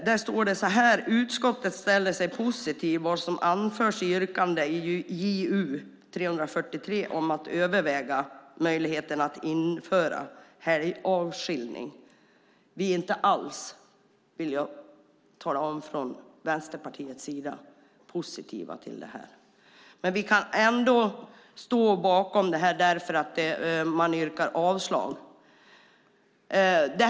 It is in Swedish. Där står följande: "Utskottet ställer sig positivt till vad som anförs i yrkandet i Ju343 om att överväga möjligheten att införa helgavskiljning." Från Vänsterpartiet är vi inte alls positiva till detta. Men vi kan ändå stå bakom detta eftersom utskottet avstyrker motionen.